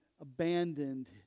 abandoned